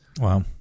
Wow